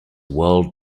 world